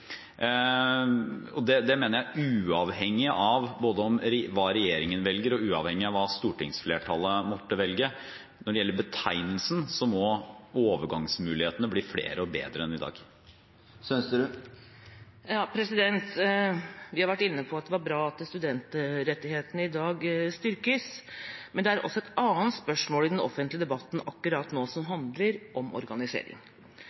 for dårlig. Det mener jeg uavhengig av hva regjeringen velger, og uavhengig av hva stortingsflertallet måtte velge når det gjelder betegnelsen. Så må overgangsmulighetene bli flere og bedre enn i dag. Vi har vært inne på at det er bra at studentrettighetene i dag styrkes, men det er også et annet spørsmål i den offentlige debatten akkurat nå, som